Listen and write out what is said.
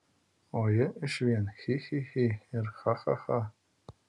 o ji iš vien chi chi chi ir cha cha cha